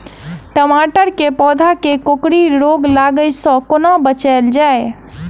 टमाटर केँ पौधा केँ कोकरी रोग लागै सऽ कोना बचाएल जाएँ?